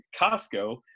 costco